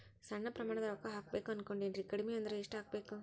ಸಣ್ಣ ಪ್ರಮಾಣದ ರೊಕ್ಕ ಹಾಕಬೇಕು ಅನಕೊಂಡಿನ್ರಿ ಕಡಿಮಿ ಅಂದ್ರ ಎಷ್ಟ ಹಾಕಬೇಕು?